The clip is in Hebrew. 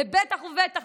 ובטח ובטח,